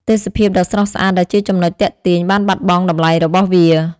ទេសភាពដ៏ស្រស់ស្អាតដែលជាចំណុចទាក់ទាញបានបាត់បង់តម្លៃរបស់វា។